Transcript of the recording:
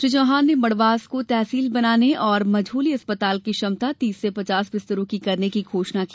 श्री चौहान ने मड़वास को तहसील बनाने और मझोली अस्पताल की क्षमता तीस से पचास बिस्तरों की करने की घोषणा की